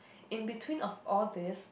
in between of all these